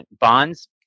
bonds